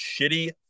Shitty